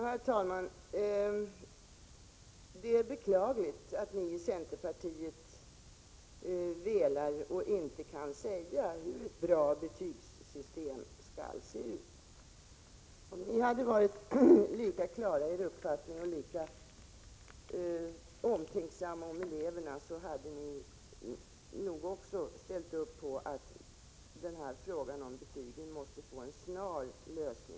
Herr talman! Det är beklagligt att ni i centerpartiet velar och inte kan säga hur ett bra betygssystem skall se ut. Om ni hade varit klara i er uppfattning och omtänksamma om eleverna så hade ni nog också ställt er bakom kravet på att frågan om betygen måste få en snar lösning.